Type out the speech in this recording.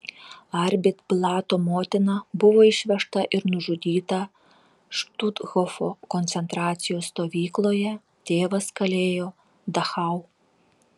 arbit blato motina buvo išvežta ir nužudyta štuthofo koncentracijos stovykloje tėvas kalėjo dachau